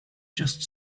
just